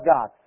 God